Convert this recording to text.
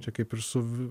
čia kaip ir su